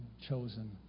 chosen